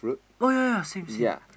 oh ya ya same same